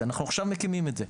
אנחנו עכשיו מקימים את זה.